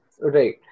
Right